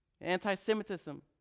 anti-Semitism